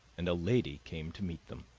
and a lady came to meet them.